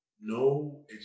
no